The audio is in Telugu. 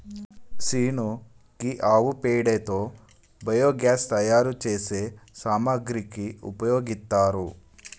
సీను గీ ఆవు పేడతో బయోగ్యాస్ తయారు సేసే సామాగ్రికి ఉపయోగిత్తారు